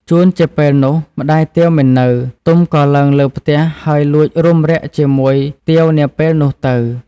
ជួនជាពេលនោះម្តាយទាវមិននៅ ទុំក៏ឡើងលើផ្ទះហើយលួចរួមរ័ក្សជាមួយទាវនាពេលនោះទៅ ។